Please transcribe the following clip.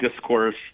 discourse